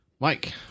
Mike